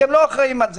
אתם לא אחראים על זה.